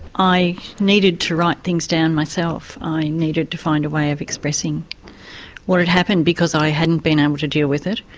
i needed to write things down myself, i needed to find a way of expressing what had happened, because i hadn't been able to deal with it.